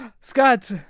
scott